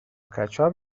کچاپ